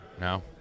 No